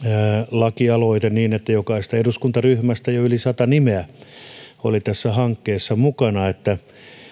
lakialoite niin että jokaisesta eduskuntaryhmästä jo yli sata nimeä oli tässä hankkeessa mukana että